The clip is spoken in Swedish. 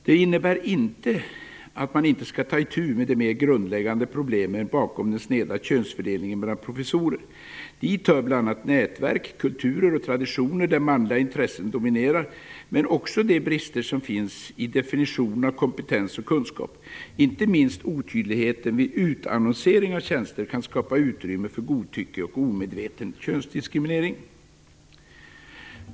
Detta innebär inte att man inte skall ta itu med de mer grundläggande problemen bakom den sneda könsfördelningen bland professorer. Dit hör bl.a. nätverk, kulturer och traditioner där manliga intressen dominerar, men också de brister som finns i definitionen av kompetens och kunskap. Inte minst otydligheten vid utannonsering av tjänster kan skapa utrymme för godtycke och omedveten könsdiskriminering.